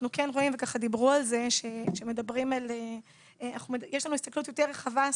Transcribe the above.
יש לנו הסתכלות יותר רחבה.